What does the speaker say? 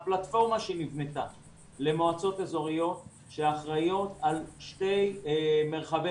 הפלטפורמה שנבנתה למועצות אזוריות שאחריות על שני מרחבי